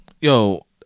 Yo